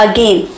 Again